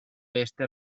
veste